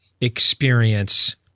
experience